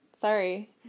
Sorry